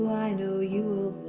i know you,